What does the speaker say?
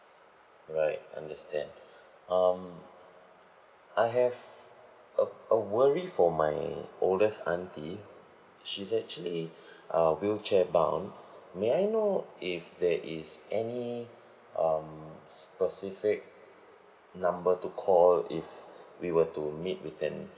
right understand um I have a a worry for my oldest auntie she's actually uh wheelchair bound may I know if there is any um specific number to call if we were to meet with an